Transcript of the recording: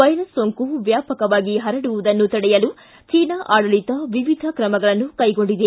virus ಸೋಂಕು ವ್ಯಾಪಕವಾಗಿ ಹರಡುವುದನ್ನು ತಡೆಯಲು ಚೀನಾ ಆಡಳಿತ ವಿವಿಧ ಕ್ರಮ ಕೈಗೊಂಡಿದೆ